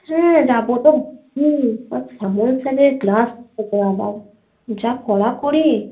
হ্যাঁ যাবো তো হুম শ্যামল স্যারের ক্লাস আবার যা কড়াকড়ি